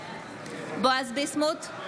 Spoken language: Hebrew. בועז ביסמוט,